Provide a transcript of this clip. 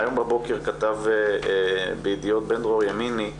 היום בבוקר כתב בידיעות בן דרור ימיני,